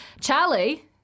Charlie